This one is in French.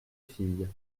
filles